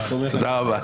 תודה רבה.